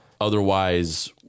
otherwise